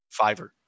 Fiverr